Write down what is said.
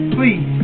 Please